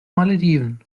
malediven